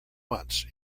months